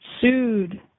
sued